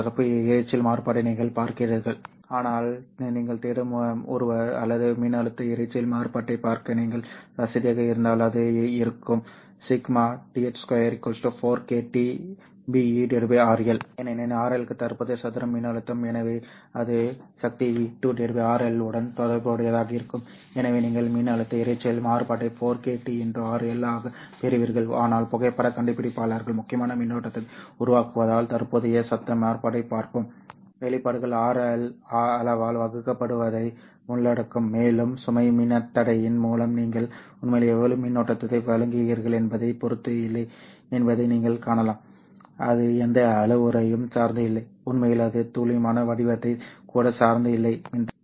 தற்போதைய இரைச்சல் மாறுபாட்டை நீங்கள் பார்க்கிறீர்கள் ஆனால் நீங்கள் தேடும் ஒருவர் அல்லது மின்னழுத்த இரைச்சல் மாறுபாட்டைப் பார்க்க நீங்கள் வசதியாக இருந்தால் அது இருக்கும் ஏனெனில் RL க்கு தற்போதைய சதுரம் மின்னழுத்தம் எனவே அது சக்தி V2 RL உடன் தொடர்புடையதாக இருக்கும் எனவே நீங்கள் மின்னழுத்த இரைச்சல் மாறுபாட்டை 4kTxRL ஆகப் பெறுவீர்கள் ஆனால் புகைப்படக் கண்டுபிடிப்பாளர்கள் முக்கியமாக மின்னோட்டத்தை உருவாக்குவதால் தற்போதைய சத்தம் மாறுபாட்டைப் பார்ப்போம் வெளிப்பாடுகள் RL அளவால் வகுக்கப்படுவதை உள்ளடக்கும் மேலும் சுமை மின்தடையின் மூலம் நீங்கள் உண்மையில் எவ்வளவு மின்னோட்டத்தை வழங்குகிறீர்கள் என்பதைப் பொறுத்து இல்லை என்பதை நீங்கள் காணலாம் அது எந்த அளவுருவையும் சார்ந்து இல்லை உண்மையில் அது துல்லியமான வடிவத்தை கூட சார்ந்து இல்லை மின்தடை